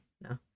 No